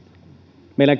meillä